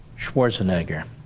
schwarzenegger